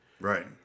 Right